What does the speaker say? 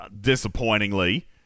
disappointingly